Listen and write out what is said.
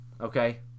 okay